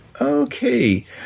Okay